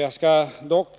Jag skall dock